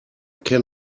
can